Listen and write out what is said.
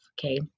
okay